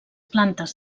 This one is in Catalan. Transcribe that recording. plantes